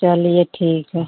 चलिए ठीक है